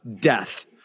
death